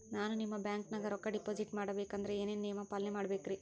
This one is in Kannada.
ನಾನು ನಿಮ್ಮ ಬ್ಯಾಂಕನಾಗ ರೊಕ್ಕಾ ಡಿಪಾಜಿಟ್ ಮಾಡ ಬೇಕಂದ್ರ ಏನೇನು ನಿಯಮ ಪಾಲನೇ ಮಾಡ್ಬೇಕ್ರಿ?